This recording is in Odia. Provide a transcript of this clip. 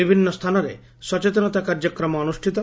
ବିଭିନ୍ନ ସ୍ଥାନରେ ସଚେତନତା କାର୍ଯ୍ୟକ୍ରମ ଅନୁଷ୍ଟିତ